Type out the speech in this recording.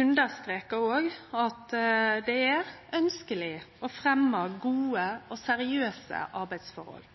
understrekar òg at det er ønskjeleg å fremje gode og seriøse arbeidsforhold.